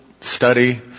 study